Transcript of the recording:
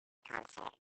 concert